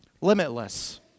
limitless